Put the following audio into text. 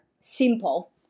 simple